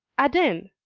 adin!